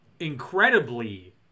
incredibly